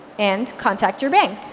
and contact your bank.